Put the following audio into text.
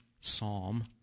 Psalm